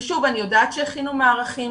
שוב, אני יודעת שהכינו מערכים